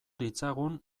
ditzagun